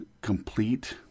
Complete